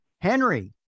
Henry